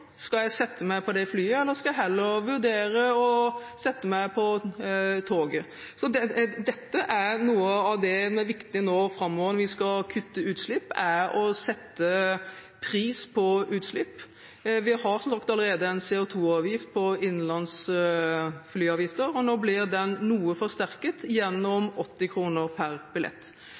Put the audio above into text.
Skal jeg sette meg på det flyet, eller skal jeg heller vurdere å sette meg på toget? Så noe av det viktige nå framover når vi skal kutte utslipp, er å sette en pris på utslipp. Vi har som sagt allerede en CO2-avgift på innenlands flyavgifter, og nå blir den noe forsterket, gjennom 80 kr per billett.